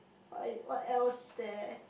what is what else is there